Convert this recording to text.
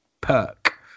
Perk